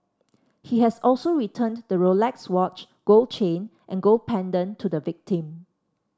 he has also returned the Rolex watch gold chain and gold pendant to the victim